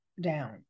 down